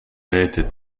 rete